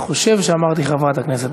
אני חושב שאמרתי חברת הכנסת.